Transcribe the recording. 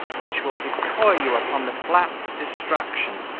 which will decoy you upon the flats of destruction,